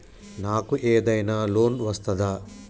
నాకు ఏదైనా లోన్ వస్తదా?